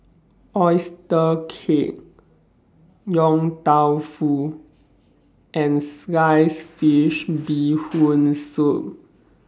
Oyster Cake Yong Tau Foo and Sliced Fish Bee Hoon Soup